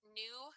new